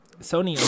Sony